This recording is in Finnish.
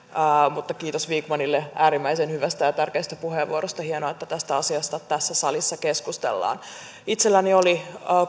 mutta kiitos vikmanille äärimmäisen hyvästä ja tärkeästä puheenvuorosta hienoa että tästä asiasta tässä salissa keskustellaan itselläni oli